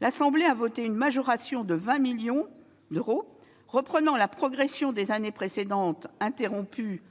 les députés ont voté une majoration de 20 millions d'euros, reprenant la progression des années précédentes, interrompue